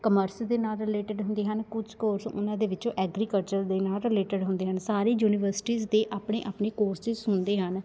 commerce ਦੇ ਨਾਲ related ਹੁੰਦੇ ਹਨ ਕੁਝ ਕੋਰਸ ਉਹਨਾਂ ਦੇ ਵਿੱਚੋਂ ਐਗਰੀਕਲਚਰ ਦੇ ਨਾਲ ਰਿਲੇਟਡ ਹੁੰਦੇ ਹਨ ਸਾਰੇ ਯੂਨੀਵਰਸਿਟੀਜ਼ ਦੀ ਆਪਣੇ ਆਪਣੇ ਕੋਰਸਿਸ ਹੁੰਦੇ ਹਨ